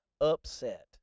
upset